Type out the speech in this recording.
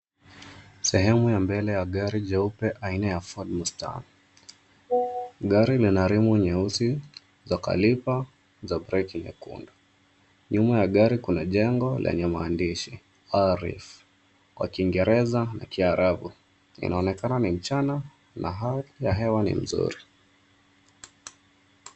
Sehemu ya mbele ya gari jeupe aina ya Ford Mustang, gari lina rimu nyeusi za kaliba za breki nyekundu nyuma ya gari kuna jengo lenye maandishi AL REEF kwa kingereza na kiarabu inaonekana ni mchana na hali ya hewa ni mzuri.